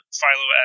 Philo